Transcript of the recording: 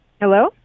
Hello